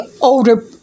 older